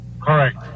Correct